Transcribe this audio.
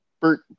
Bert